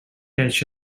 catch